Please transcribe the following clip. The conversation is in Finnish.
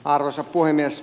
arvoisa puhemies